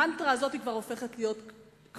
המנטרה הזאת כבר הופכת להיות קבועה.